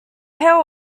hail